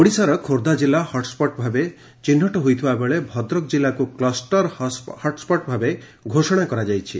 ଓଡ଼ିଶାର ଖୋର୍ବ୍ ଜିଲ୍ଲା ହଟ୍ସଟ୍ ଭାବେ ଚିହୁଟ ହୋଇଥିବା ବେଳେ ଭଦ୍ରକ ଜିଲ୍ଲାକୁ କ୍ଲ୍ଷର ହଟ୍ସଟ୍ ଭାବେ ଘୋଷଣା କରାଯାଇଛି